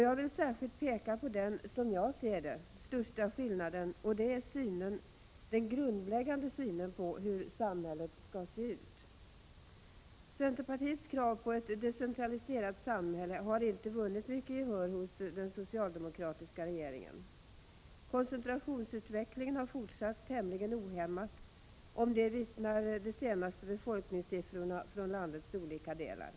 Jag vill särskilt peka på den, som jag ser det, största skillnaden — och det är den grundläggande synen på hur samhället skall se ut. Centerpartiets krav på ett decentraliserat samhälle har inte vunnit mycket gehör hos socialdemokraterna. Koncentrationsutvecklingen har fortsatt tämligen ohämmat. Om det vittnar de senaste befolkningssiffrorna från landets olika delar.